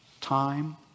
time